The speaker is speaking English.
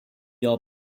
are